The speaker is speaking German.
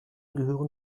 gehören